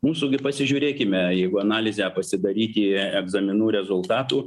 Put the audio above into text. mūsų gi pasižiūrėkime jeigu analizę pasidaryti egzaminų rezultatų